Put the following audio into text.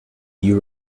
you